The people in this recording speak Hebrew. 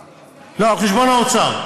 לא, על חשבון האוצר.